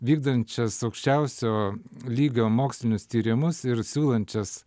vykdančias aukščiausio lygio mokslinius tyrimus ir siūlančias